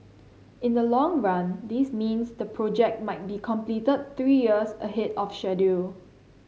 in the long run this means the project might be completed three years ahead of schedule